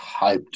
hyped